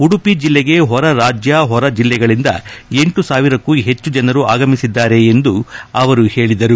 ಉಡುಪಿ ಜಿಲ್ಲೆಗೆ ಹೊರ ರಾಜ್ಯ ಹೊರ ಜಿಲ್ಲೆಗಳಿಂದ ಲ ಸಾವಿರಕ್ಕೂ ಹೆಚ್ಚು ಜನರು ಆಗಮಿಸಿದ್ದಾರೆ ಎಂದು ಅವರು ಹೇಳಿದರು